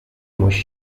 musi